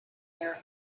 their